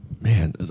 man